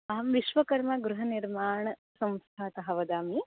अहं विश्वकर्मागृहनिर्माणसंस्थातः वदामि